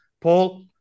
Paul